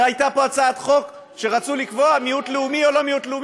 הרי הייתה פה הצעת חוק שרצו לקבוע מיעוט לאומי או לא לאומי,